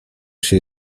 się